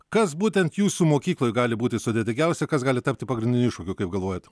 kas būtent jūsų mokykloj gali būti sudėtingiausia kas gali tapti pagrindiniu iššūkiu kaip galvojat